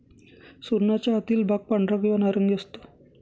सुरणाचा आतील भाग पांढरा किंवा नारंगी असतो